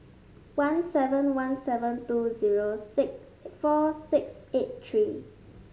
one seven one seven two zero six four six eight three